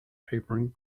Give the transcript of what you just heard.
apron